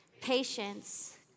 patience